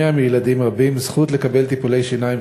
והדבר מונע מילדים רבים זכות לקבל טיפולי שיניים